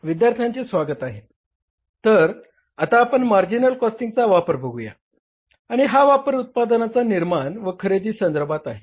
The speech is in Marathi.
विद्यार्थ्यांचे स्वागत आहे तर आता मार्जिनल कॉस्टिंगचा वापर बघूया आणि हा वापर उत्पादनाचा निर्माण व खरेदी संधर्भात आहे